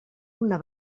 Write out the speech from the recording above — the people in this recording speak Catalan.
una